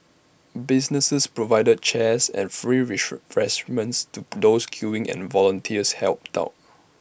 businesses provided chairs and free fresh men's to those queuing and volunteers helped out